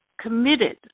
committed